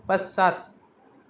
पश्चात्